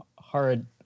Hard